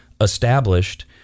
established